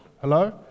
Hello